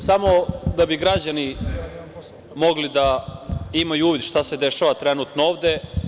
Samo da bi građani mogli da imaju uvid u to šta se dešava trenutno ovde.